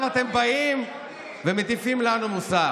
תתבייש לך.